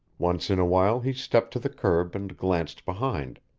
once in a while he stepped to the curb and glanced behind.